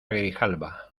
grijalba